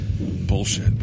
bullshit